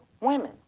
women